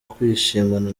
kwishimana